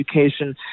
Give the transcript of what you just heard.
education